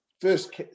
first